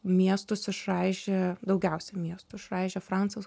miestus išraižė daugiausiai miestų išraižė francas